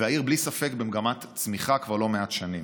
והעיר בלי ספק במגמת צמיחה כבר לא מעט שנים.